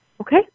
Okay